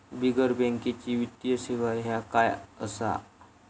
बिगर बँकेची वित्तीय सेवा ह्या काय असा?